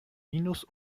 minus